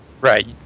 right